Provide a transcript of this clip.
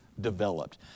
developed